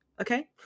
Okay